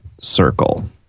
circle